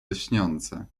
lśniące